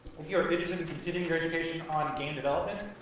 if you're interested in continuing your education on game development,